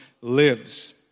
lives